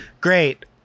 great